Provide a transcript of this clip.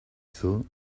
thought